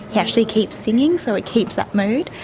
he actually keeps singing, so it keeps that mood.